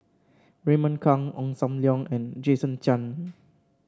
Raymond Kang Ong Sam Leong and Jason Chan